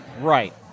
Right